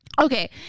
Okay